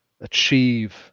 achieve